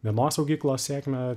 vienos saugyklos sėkmę